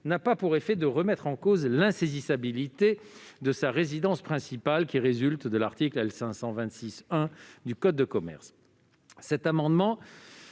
n'a pas pour effet de remettre en cause l'insaisissabilité de sa résidence principale, qui résulte de l'article L. 526-1 du code de commerce.